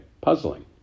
puzzling